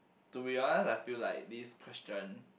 to be honest I feel like this question